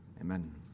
Amen